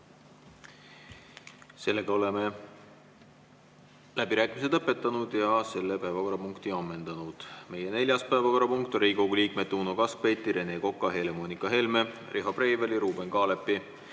Oleme läbirääkimised lõpetanud ja selle päevakorrapunkti ammendanud. Meie neljas päevakorrapunkt on Riigikogu liikmete Uno Kaskpeiti, Rene Koka, Helle-Moonika Helme, Riho Breiveli, Ruuben Kaalepi,